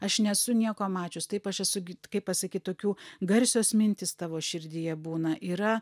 aš nesu nieko mačius taip aš esu kaip pasakyt tokių garsios mintys tavo širdyje būna yra